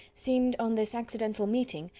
seemed, on this accidental meeting,